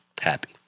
Happy